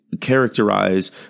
characterize